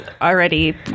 already